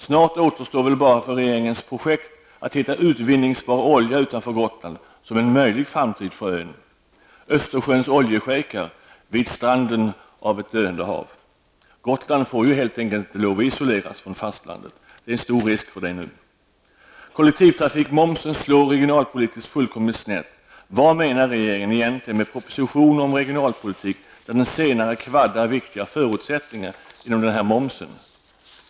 Snart återstår väl bara regeringens projekt att hitta utvinningsbar olja utanför Gotland som en möjlig framtid för ön. Östersjöns oljeschejker vid stranden av ett döende hav! Gotland får helt enkelt inte isoleras från fastlandet. Det är stor risk för det nu. Kollektivtrafikmomsen slår regionalpolitiskt fullkomligt snett. Vad menar regeringen egentligen med propositioner om regionalpolitik när de senare kvaddar viktiga förutsättningar genom denna moms?